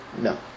No